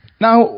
Now